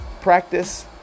practice